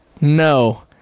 No